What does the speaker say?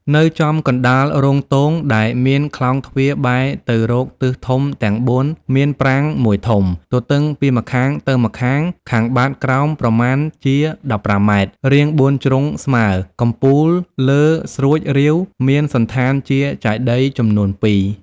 នៅចំកណ្ដាលរោងទង ដែលមានខ្លោងទ្វារបែរទៅរកទិសធំទាំងបួនមានប្រាង្គមួយធំ ទទឹងពីម្ខាងទៅម្ខាង ខាងបាតក្រោមប្រមាណជា ១៥ ម៉ែត្រ រាងបួនជ្រុងស្មើ កំពូលលើស្រួចរៀវ មានសណ្ឋានជាចេតិយចំនួនពីរ ។